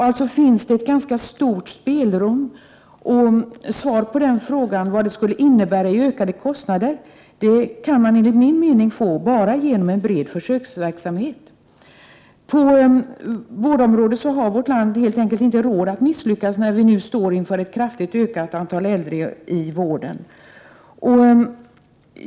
Alltså finns det ett ganska stort spelrum. Svar på frågan vad det skulle innebära i ökade kostnader kan man enligt min mening få bara genom en bred försöksverksamhet. På vårdområdet har vårt land helt enkelt inte råd att misslyckas när vi står inför ett kraftigt ökat antal äldre i vården.